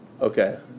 Okay